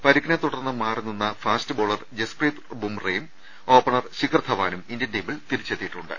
പരിക്കിനെ തുടർന്ന് മാറിനിന്ന fast bowler Jasprit ബുംറയും ഓപ്പ ണർ ശിഖർ ധവാനും ഇന്ത്യൻ ടീമിൽ തിരിച്ചെത്തിയിട്ടുണ്ട്